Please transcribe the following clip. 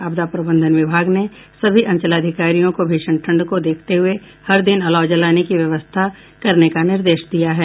आपदा प्रबंधन विभाग ने सभी अंचलाधिकारियों को भीषण ठंड को देखते हुये हर दिन अलाव जलाने की व्यवस्था करने का निर्देश दिया है